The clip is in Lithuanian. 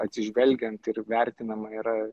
atsižvelgiant ir vertinama yra